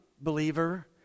believer